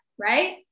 right